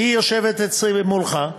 היא יושבת מולך,